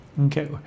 okay